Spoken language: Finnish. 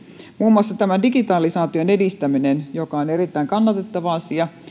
muun muassa tämä digitalisaation edistäminen joka on erittäin kannatettava asia